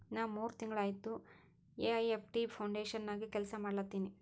ನಾ ಮೂರ್ ತಿಂಗುಳ ಆಯ್ತ ಎ.ಐ.ಎಫ್.ಟಿ ಫೌಂಡೇಶನ್ ನಾಗೆ ಕೆಲ್ಸಾ ಮಾಡ್ಲತಿನಿ